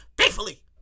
faithfully